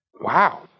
Wow